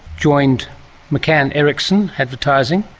joined mccann erickson advertising,